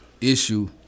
issue